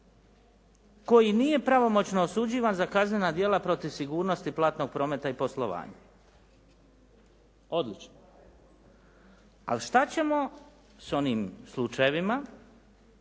koji nije pravomoćno osuđivan za kaznena djela protiv sigurnosti platnog prometa i poslovanja. Odlično. Ali šta ćemo s onim slučajevima